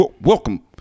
welcome